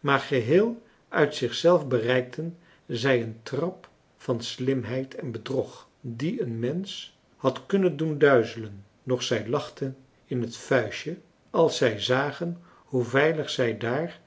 maar geheel uit zich zelf bereikten zij een trap van slimheid en bedrog die een mensch had kunnen doen duizelen doch zij lachten in het vuistje als zij zagen hoe veilig zij daar